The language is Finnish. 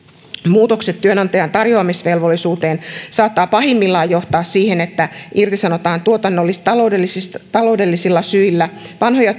muutokset työnantajan tarjoamisvelvollisuuteen saattavat pahimmillaan johtaa siihen että irtisanotaan tuotannollis taloudellisilla syillä vanhoja